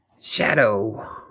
Shadow